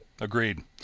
agreed